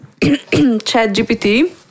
ChatGPT